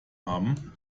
haben